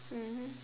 mmhmm